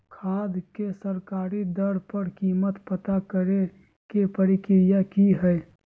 खाद के सरकारी दर पर कीमत पता करे के प्रक्रिया की हय?